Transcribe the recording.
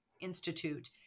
Institute